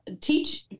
teach